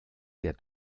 der